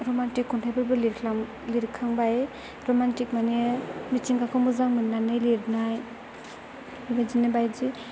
romantic खन्थाइफोरबो लिरखांबाय romantic माने मिथिंगाखौ मोजां मोन्नानै लिरनाय बेदिनो बायदि